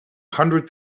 hundred